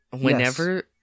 Whenever